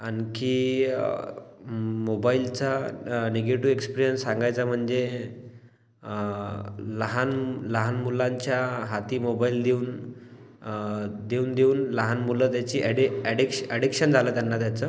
आणखी मोबाईलचा negative experience सांगायचा म्हणजे लहान लहान मुलांच्या हाती मोबाईल देऊन देऊन देऊन लहान मुलं त्याची ॲडि ॲडिक्श ॲडिक्शन झालं त्यांना त्याचं